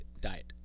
diet